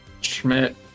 Schmidt